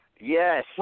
Yes